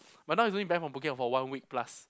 but now he's only ban from booking out for one week plus